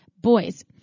Boys